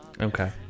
Okay